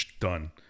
done